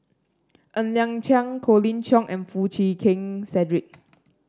Ng Liang Chiang Colin Cheong and Foo Chee Keng Cedric